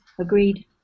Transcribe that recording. agreed